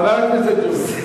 חבר הכנסת ג'ומס,